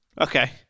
Okay